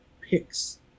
picks